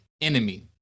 enemy